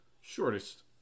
shortest